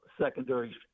secondary